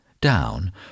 down